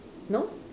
no